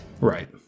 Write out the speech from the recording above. Right